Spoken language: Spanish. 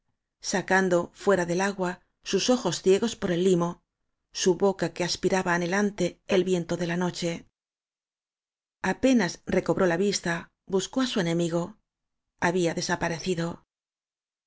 sacando fuera del agua sus ojos ciegos por el limo su boca que aspiraba anhelante el vien to de la noche apenas recobró la vista buscó á su enemi go había desaparecido